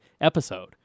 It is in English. episode